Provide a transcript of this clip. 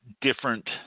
different